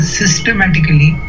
systematically